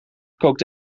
kookt